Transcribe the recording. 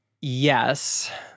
Yes